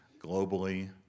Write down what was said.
globally